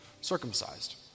circumcised